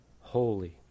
holy